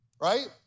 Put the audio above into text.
Right